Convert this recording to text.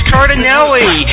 Cardinelli